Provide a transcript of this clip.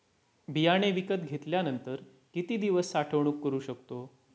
बियाणे विकत घेतल्यानंतर किती दिवस साठवणूक करू शकतो?